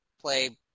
play